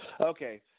Okay